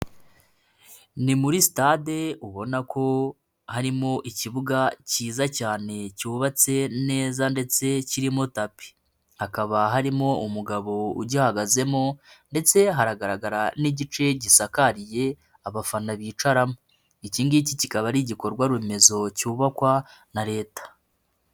Ni muri sitade ubona ko harimo ikibuga cyiza cyane, cyubatse neza ndetse kirimo tapi, hakaba harimo umugabo ugihagazemo ndetse hahagaragara n'igice gisakariye, abafana bicaramo, iki ngiki kikaba ari igikorwaremezo cyubakwa na leta.